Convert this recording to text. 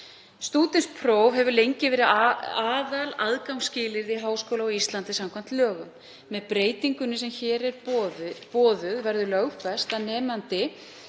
Stúdentspróf hefur lengi verið aðalaðgangsskilyrði í háskóla á Íslandi samkvæmt lögum. Með breytingunni sem hér er boðuð verður lögfest að nemandi